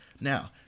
Now